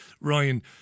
Ryan